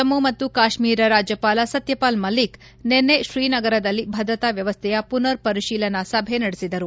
ಜಮ್ಮ ಮತ್ತು ಕಾಶ್ಮೀರ ರಾಜ್ಯಪಾಲ ಸತ್ಯಪಾಲ್ ಮಲಿಕ್ ನಿನ್ನೆ ಶ್ರೀನಗರದಲ್ಲಿ ಭದ್ರತಾ ವ್ವವಸ್ಥೆಯ ಪುನರ್ ಪರಿಶೀಲನಾ ಸಭೆ ನಡೆಸಿದರು